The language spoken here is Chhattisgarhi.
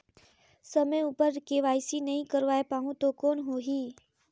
समय उपर के.वाई.सी नइ करवाय पाहुं तो कौन होही?